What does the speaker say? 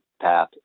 path